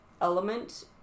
element